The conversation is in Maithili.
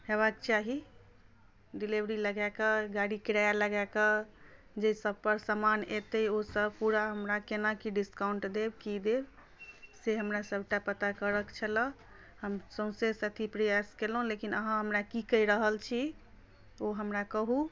होयबाक चाही डिलिवरी लगाए कऽ गाड़ी किराया लगाए कऽ जाहि सभपर सामान एतै ओसभ पूरा हमरा केना की डिस्काउन्ट देब की देब से हमरा सभटा पता करयके छलए हम सौँसेसँ अथी प्रयास केलहुँ लेकिन अहाँ अथी हमरा की कहि रहल छी ओ हमरा कहू